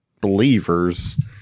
believers